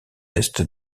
est